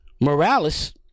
Morales